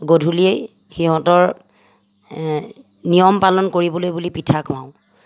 গধূলি সিহঁতৰ নিয়ম পালন কৰিবলৈ বুলি পিঠা খোৱাওঁ